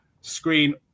screen